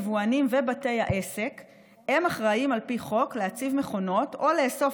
יבואנים ובתי העסק הם האחראים על פי חוק להציב מכונות או לאסוף